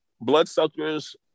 bloodsuckers